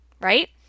right